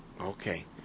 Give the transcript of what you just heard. Okay